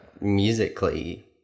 musically